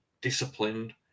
disciplined